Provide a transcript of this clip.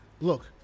look